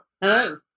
Hello